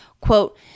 quote